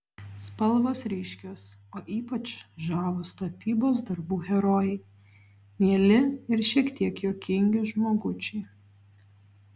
spalvos ryškios o ypač žavūs tapybos darbų herojai mieli ir šiek tiek juokingi žmogučiai